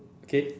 okay